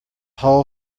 hull